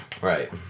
Right